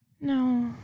No